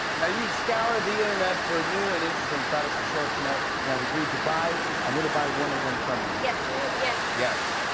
now, you've scoured the internet for new and interesting products to show us tonight, and i've agreed to buy i'm going to buy one of them from you. yes, you yes. yes.